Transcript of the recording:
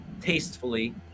tastefully